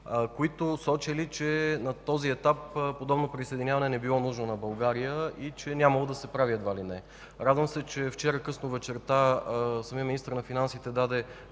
които сочели, че на този етап подобно присъединяване не било нужно на България и че едва ли не нямало да се прави. Радвам се, че вчера късно вечерта самият министър на финансите даде